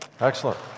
Excellent